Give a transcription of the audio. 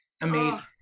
amazing